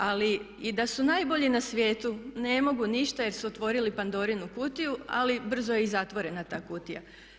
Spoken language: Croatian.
Ali, i da su najbolji na svijetu ne mogu ništa jer su otvorili Pandorinu kutiju, ali brzo je i zatvorena ta kutija.